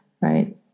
Right